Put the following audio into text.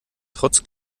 trotz